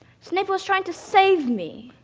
snape was trying to save me?